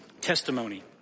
testimony